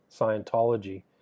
Scientology